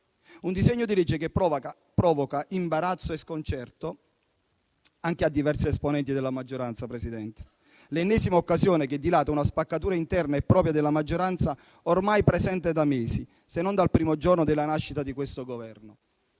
del disegno di legge, che provoca imbarazzo e sconcerto anche in diversi esponenti della maggioranza. Signor Presidente, è l'ennesima occasione che dilata una spaccatura interna e propria della maggioranza, ormai presente da mesi, se non dal primo giorno della nascita di questo Governo.